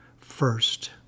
first